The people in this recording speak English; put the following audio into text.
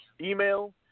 Email